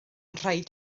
rhaid